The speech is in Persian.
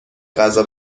غذا